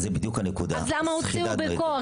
למה הוציאו בכוח?